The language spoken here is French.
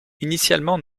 initialement